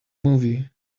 movie